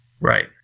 Right